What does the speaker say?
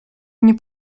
nie